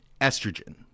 estrogen